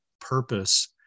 purpose